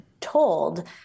told